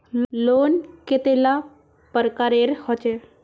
Loan कतेला प्रकारेर होचे?